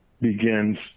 begins